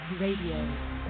Radio